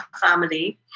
family